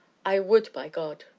i would, by god!